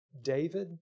David